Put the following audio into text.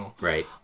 Right